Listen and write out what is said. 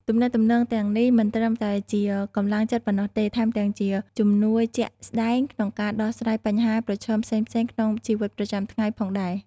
ទំនាក់ទំនងទាំងនេះមិនត្រឹមតែជាកម្លាំងចិត្តប៉ុណ្ណោះទេ ថែមទាំងជាជំនួយជាក់ស្ដែងក្នុងការដោះស្រាយបញ្ហាប្រឈមផ្សេងៗក្នុងជីវិតប្រចាំថ្ងៃផងដែរ ។